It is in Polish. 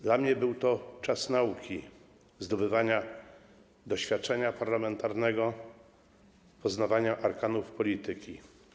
Dla mnie był to czas nauki, zdobywania doświadczenia parlamentarnego, poznawania arkanów polityki.